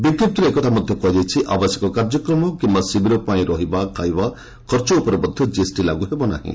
ବିଜ୍ଞପ୍ତିରେ ଏକଥା ମଧ୍ୟ କୁହାଯାଇଛି ଆବାସିକ କାର୍ଯ୍ୟକ୍ରମ କିମ୍ବା ଶିବିର ପାଇଁ ରହିବା ଓ ଖାଇବା ଖର୍ଚ୍ଚ ଉପରେ ମଧ୍ୟ ଜିଏସ୍ଟି ଲାଗୁ ହେବ ନାହିଁ